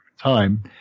time